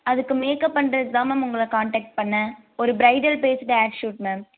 அதுக்கு மேக்அப் பண்ணுறதுக்கு தான் மேம் உங்களை கான்டெக்ட் பண்ணிணேன் ஒரு bridal based ad shoot ma'am